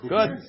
Good